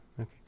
okay